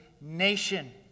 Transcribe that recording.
nation